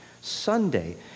Sunday